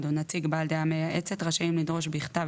או נציג בעל דעה מייעצת רשאים לדרוש בכתב,